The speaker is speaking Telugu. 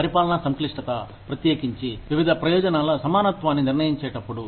పరిపాలన సంక్లిష్టత ప్రత్యేకించి వివిధ ప్రయోజనాల సమానత్వాన్ని నిర్ణయించేటప్పుడు